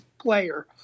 player